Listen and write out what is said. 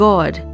God